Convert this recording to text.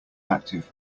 active